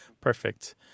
Perfect